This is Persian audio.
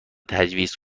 تجویز